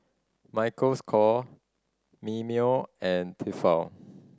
Michael's Kor Mimeo and Tefal